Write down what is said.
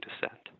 descent